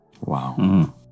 Wow